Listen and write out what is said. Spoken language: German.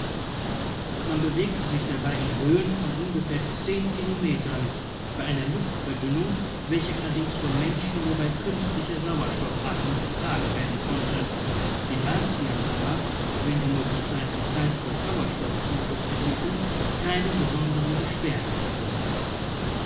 man bewegte sich dabei in höhen von ungefähr zehn kilometern bei einer luftverdünnung welche allerdings von menschen nur bei künstlicher sauerstoffatmung ertragen werden konnte den martiern aber wenn sie nur von zeit zu zeit etwas sauerstoffzuschuß erhielten keine besonderen beschwerden verursachte